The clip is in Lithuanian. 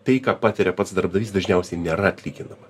tai ką patiria pats darbdavys dažniausiai nėra atlyginama